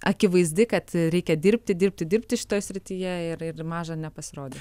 akivaizdi kad reikia dirbti dirbti dirbti šitoj srityje ir ir maža nepasirodys